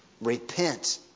repent